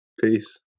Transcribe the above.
Peace